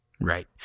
Right